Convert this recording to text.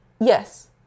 Yes